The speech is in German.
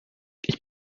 ich